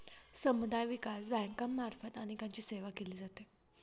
समुदाय विकास बँकांमार्फत अनेकांची सेवा केली जाते